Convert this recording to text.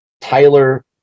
Tyler